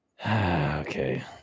Okay